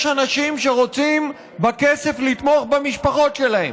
יש אנשים שרוצים בכסף לתמוך במשפחות שלהם.